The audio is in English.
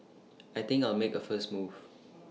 I think I'll make A move first